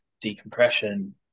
decompression